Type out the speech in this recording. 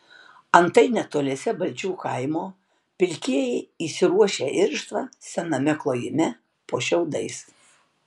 antai netoliese balčių kaimo pilkieji įsiruošę irštvą sename klojime po šiaudais